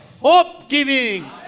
Hope-giving